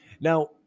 Now